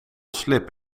slib